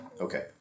Okay